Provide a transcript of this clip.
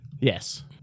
Yes